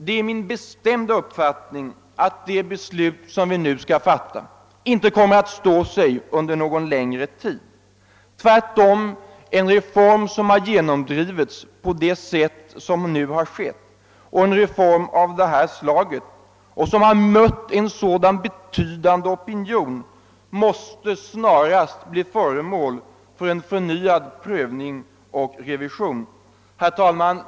Det är min bestämda uppfattning att det beslut som riksdagen nu skall fatta inte kommer att stå sig någon längre tid. Tvärtom! En reform som har genomdrivits på det sätt som skett och mött en så betydande opposition måste snarast bli föremål för förnyad prövning och revision. Herr talman!